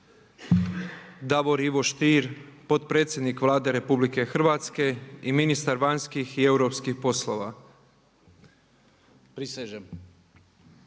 Davor Ivo Stier, potpredsjednik Vlade Republike Hrvatske i ministar vanjskih i europskih poslova. **Stier,